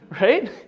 right